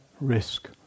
risk